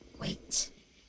Wait